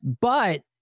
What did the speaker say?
But-